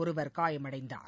ஒருவர் காயமடைந்தார்